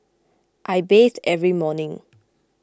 I bathe every morning